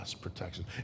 protection